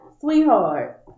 sweetheart